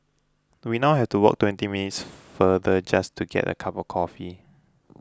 we now have to walk twenty minutes farther just to get a cup of coffee